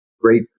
great